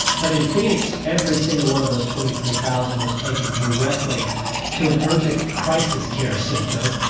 but in phoenix, every single one of those twenty three thousand was taken directly to an urgent crisis care centre,